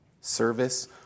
Service